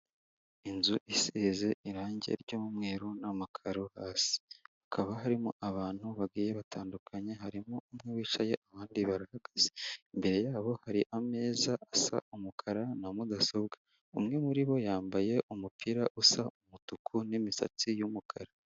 Inzu isize irangi ry'umweru n'amakaro hasi, hakaba harimo abantu bagiye batandukanye, harimo umwe wicaye abandi barahagaze imbere yabo hari ameza asa umukara na mudasobwa, umwe muri bo yambaye umupira usa umutuku n'imisatsi y'umukara.